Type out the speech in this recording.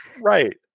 Right